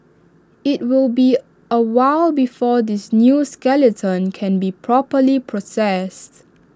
IT will be A while before this new skeleton can be properly processed